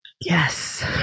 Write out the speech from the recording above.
Yes